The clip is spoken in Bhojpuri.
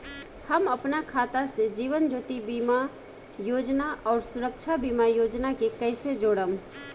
हम अपना खाता से जीवन ज्योति बीमा योजना आउर सुरक्षा बीमा योजना के कैसे जोड़म?